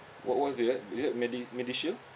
what what's that is that medi~ medishield